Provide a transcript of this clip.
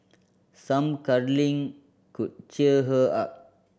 some cuddling could cheer her up